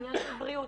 עניין של בריאות.